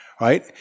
Right